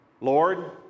Lord